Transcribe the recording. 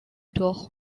doch